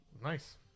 Nice